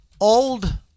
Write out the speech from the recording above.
old